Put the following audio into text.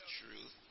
truth